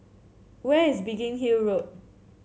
where is Biggin Hill Road